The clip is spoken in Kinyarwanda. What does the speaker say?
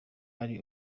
ari